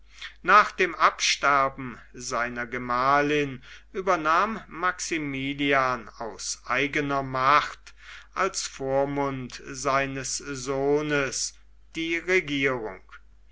nach dem absterben seiner gemahlin übernahm maximilian aus eigener macht als vormund seines sohnes die regierung